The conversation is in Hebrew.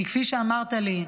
כי כפי שאמרת לי,